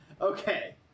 Okay